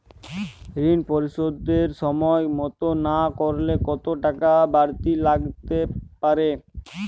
ঋন পরিশোধ সময় মতো না করলে কতো টাকা বারতি লাগতে পারে?